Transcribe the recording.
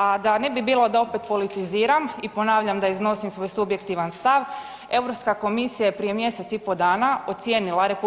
A da ne bi bilo da opet politiziram i ponavljam da iznosim svoj subjektivan stav, Europska komisija je prije mjesec i po dana ocijenila RH